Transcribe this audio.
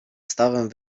stawem